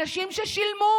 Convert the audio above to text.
אנשים ששילמו